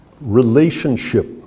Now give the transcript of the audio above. relationship